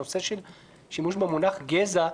הנושא של שימוש במונח גזע.